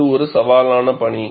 இது ஒரு சவாலான பணி